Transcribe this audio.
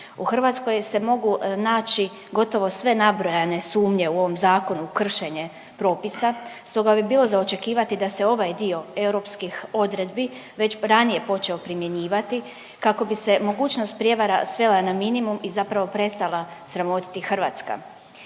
U Hrvatskoj se mogu naći gotovo sve nabrojane sumnje u ovom zakonu, kršenje propisa stoga bi bilo za očekivati da se ovaj dio europskih odredbi već ranije počeo primjenjivati kako bi se mogućnost prijevara svela na minimum i zapravo prestala sramotiti Hrvatska,